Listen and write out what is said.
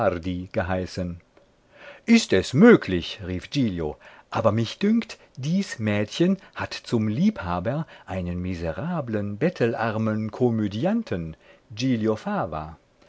geheißen ist es möglich rief giglio aber mich dünkt dies mädchen hat zum liebhaber einen miserablen bettelarmen komödianten